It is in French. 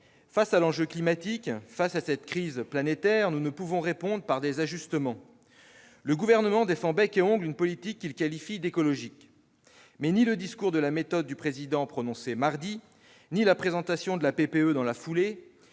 Face à l'enjeu climatique, crise planétaire, nous ne pouvons répondre par des ajustements. Le Gouvernement défend bec et ongles une politique qu'il qualifie d'« écologique ». Mais ni le discours de la méthode du Président de la République prononcé mardi, ni la présentation de la PPE, la